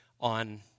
on